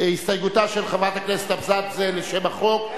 הסתייגותה של חברת הכנסת אבסדזה לשם החוק,